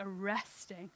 arresting